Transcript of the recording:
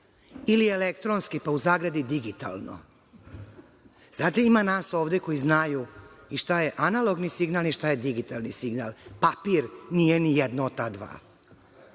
ili elektronski, pa u zagradi – digitalno. Znate, ima nas ovde koji znaju i šta je analogni signal i šta je digitalni signal. Papir nije ni jedno od ta